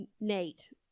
Nate